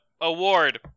award